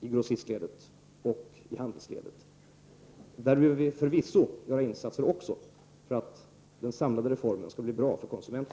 grossistledet och handelsledet. Där behöver vi förvisso göra insatser för att den samlade reformen skall bli bra för konsumenterna.